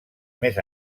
més